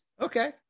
Okay